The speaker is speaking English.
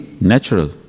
Natural